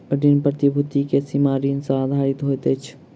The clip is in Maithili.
ऋण प्रतिभूति के सीमा ऋण सॅ आधारित होइत अछि